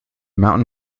mountain